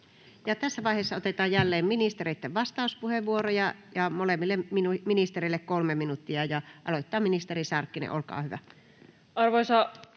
Tässä vaiheessa otetaan jälleen ministereitten vastauspuheenvuoroja, ja molemmille ministereille 3 minuuttia. — Ministeri Sarkkinen aloittaa, olkaa hyvä.